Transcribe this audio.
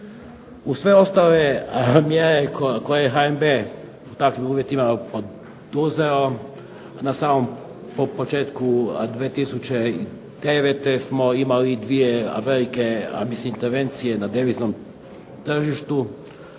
Uz sve ostale mjere koje HNB u takvim uvjetima poduzeo na samom početku 2009. smo imali dvije velike intervencije na deviznom tržištu,